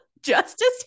justice